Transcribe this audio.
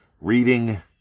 Reading